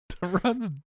runs